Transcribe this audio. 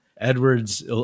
Edwards